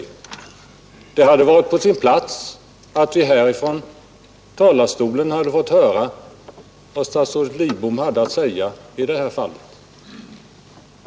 Det hade varit på sin plats att vi här fått höra vad statsrådet Lidbom har att säga i det fallet.